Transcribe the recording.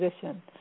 position